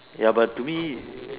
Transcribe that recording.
ya but to me